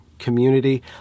community